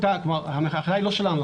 ההנחיה לא שלנו,